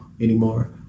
anymore